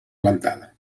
plantada